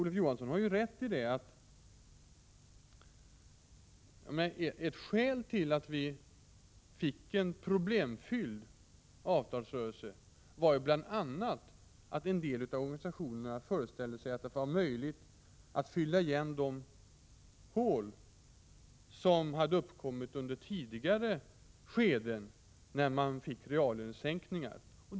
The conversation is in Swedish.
Olof Johansson har rätt i att ett skäl till att vi fick en problemfylld avtalsrörelse var att en del av organisationerna föreställde sig att det var möjligt att fylla igen de hål som hade uppkommit under tidigare skeden, när man haft reallönesänkningar.